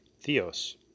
theos